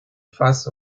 face